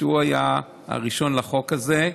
שהוא היה הראשון בחוק הזה.